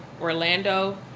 Orlando